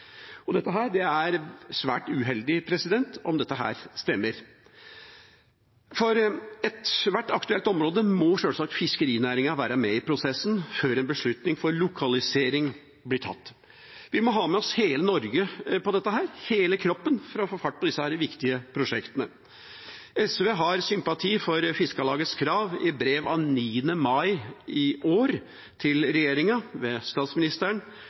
prosessen. Dette er svært uheldig, om det stemmer. For ethvert aktuelt område må sjølsagt fiskerinæringen være med i prosessen før en beslutning om lokalisering blir tatt. Vi må ha med oss hele Norge på dette, hele kroppen, for å få fart på disse viktige prosjektene. SV har sympati for Fiskarlagets krav i brev av 9. mai 2019 til regjeringa ved statsministeren